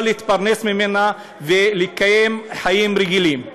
להתפרנס ממנה ולקיים חיים רגילים.